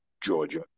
Georgia